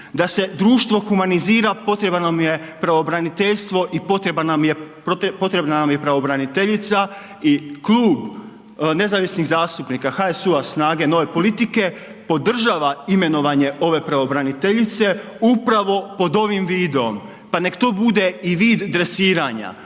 da se društvo humanizira potrebno nam je pravobraniteljstvo i potrebna nam je pravobraniteljica. I klub nezavisnih zastupnika, HSU-a, SNAGA-e, Nove politike podržava imenovanje ove pravobraniteljice upravo pod ovim vidom. Pa neka to bude i vid dresiranja.